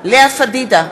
לאה פדידה,